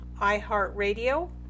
iHeartRadio